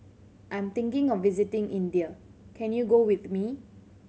I'm thinking of visiting India can you go with me